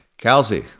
callzie?